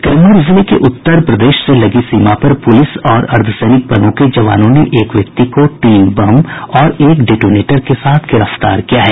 कैमूर जिले के उत्तर प्रदेश से लगी सीमा पर पुलिस और अर्द्वसैनिक बलों के जवानों ने एक व्यक्ति को तीन बम और एक डेटोनेटर के साथ गिरफ्तार किया है